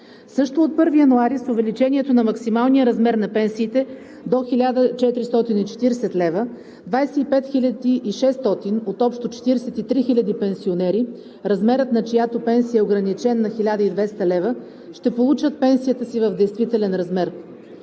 Също от 1 януари 2021 г. с увеличението на максималния размер на пенсиите до 1440 лв. 25 600 от общо 43 000 пенсионери, размерът на чиято пенсия е ограничен на 1200 лв., ще получат пенсията си в действителен размер.